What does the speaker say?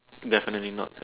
definitely not